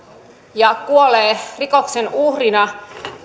ja kuolee rikoksen uhrina